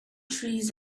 trees